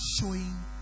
showing